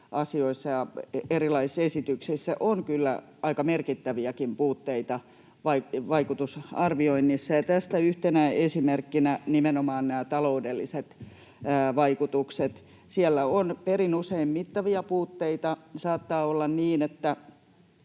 erilaisissa esityksissä on kyllä ollut aika merkittäviäkin puutteita vaikutusarvioinneissa. Tästä yhtenä esimerkkinä ovat nimenomaan taloudelliset vaikutukset. Siellä on perin usein mittavia puutteita. Saattaa olla niin, että